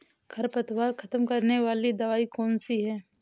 खरपतवार खत्म करने वाली दवाई कौन सी है?